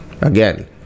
Again